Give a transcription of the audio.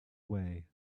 way